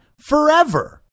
forever